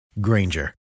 Granger